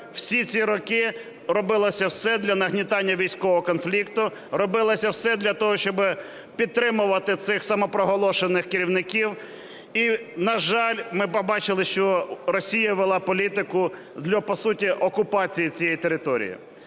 всі ці роки робилося все для нагнітання військового конфлікту, робилося все для того, щоб підтримувати цих самопроголошених керівників і, на жаль, ми побачили, що Росія вела політику для, по суті, окупації цієї території.